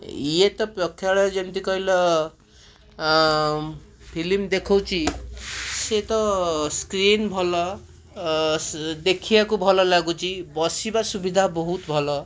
ଇଏ ତ ପ୍ରକ୍ଷାଳୟ ଯେମିତି କହିଲ ଅଁ ଫିଲିମ ଦେଖଉଛି ସିଏ ତ ସ୍କ୍ରିନ୍ ଭଲ ଦେଖିବାକୁ ଭଲ ଲାଗୁଛି ବସିବା ସୁବିଧା ବହୁତଭଲ